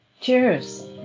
Cheers